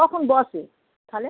কখন বসে তাহলে